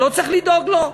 לא צריך לדאוג לו?